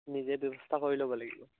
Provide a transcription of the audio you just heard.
নিজে ব্যৱস্থা কৰি ল'ব লাগিব